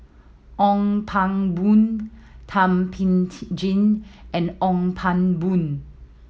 Ong Pang Boon Thum Ping T jin and Ong Pang Boon